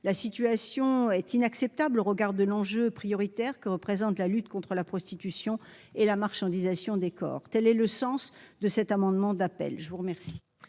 la situation est inacceptable au regard de l'enjeu prioritaire que représente la lutte contre la prostitution et la marchandisation des corps telle et le sens de cet amendement d'appel, je vous remercie.